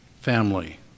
family